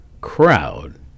crowd